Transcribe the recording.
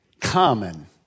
common